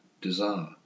desire